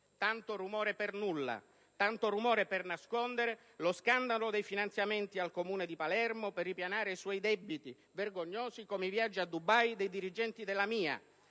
Tanto rumore per nulla, tanto rumore per nascondere lo scandalo dei finanziamenti al Comune di Palermo, per ripianare i suoi debiti vergognosi, come i viaggi a Dubai dei dirigenti della AMIA,